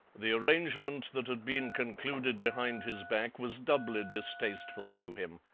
the arrangement that had been concluded behind his back was doubly distasteful to him.